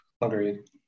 Agreed